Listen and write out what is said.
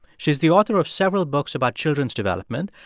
she's the author of several books about children's development.